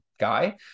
guy